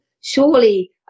Surely